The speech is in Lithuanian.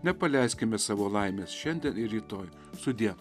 nepaleiskime savo laimės šiandien ir rytoj sudie